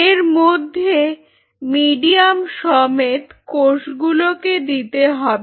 এর মধ্যে মিডিয়াম সমেত কোষগুলোকে দিতে হবে